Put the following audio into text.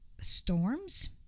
storms